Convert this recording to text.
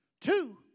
Two